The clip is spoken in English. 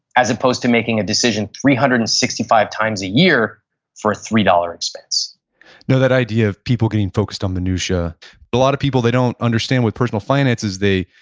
as opposed to making a decision three hundred and sixty five times a year for a three dollar expense no, that idea of people getting focused on the minutiae but a lot of people they don't understand what personal finance is they,